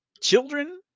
children